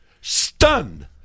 stunned